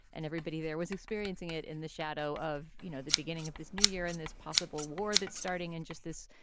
and everybody there was experiencing it in the shadow of, you know, the beginning of this new year in this possible war that starting and just this,